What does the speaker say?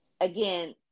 again